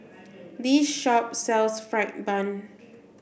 this shop sells fried bun